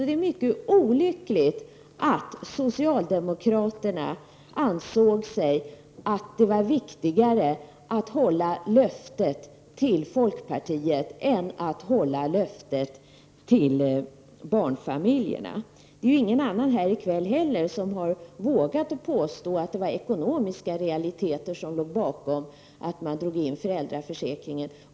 Det är mycket olyckligt att socialdemokraterna ansåg att det var viktigare att hålla löftet till folkpartiet än löftet till barnfamiljerna. Det är heller inte någon som här i kväll har vågat påstå att det var ekonomiska realiteter som låg bakom att man drog in förslaget om en utvidgning av föräldraförsäkringen.